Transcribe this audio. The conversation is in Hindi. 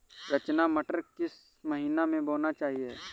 रचना मटर किस महीना में बोना चाहिए?